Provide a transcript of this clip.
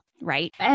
right